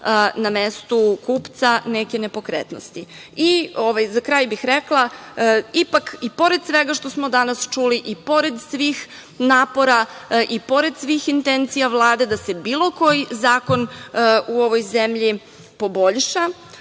na mestu kupca neke nepokretnosti.Za kraj bih rekla, ipak i pored svega što smo danas čuli i pored svih napora i pored svih intencija Vlade da se bilo koji zakon u ovoj zemlji poboljša,